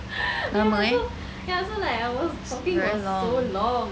lama eh it's very long